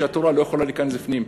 והתורה לא יכולה להיכנס בפנים.